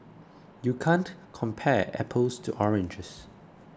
you can't compare apples to oranges